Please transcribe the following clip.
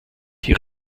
die